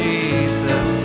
Jesus